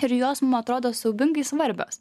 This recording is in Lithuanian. ir jos ma atrodo siaubingai svarbios